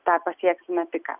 tą pasieksime piką